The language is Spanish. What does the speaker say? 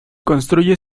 construye